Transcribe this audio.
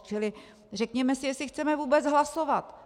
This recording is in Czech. Čili řekněme si, jestli chceme vůbec hlasovat.